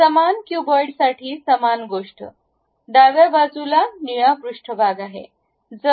समान क्यूबॉइडसाठी समान गोष्ट डाव्या बाजूला निळा पृष्ठभाग आहे